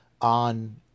on